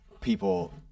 People